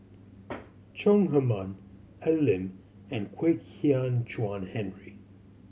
Chong Heman Al Lim and Kwek Hian Chuan Henry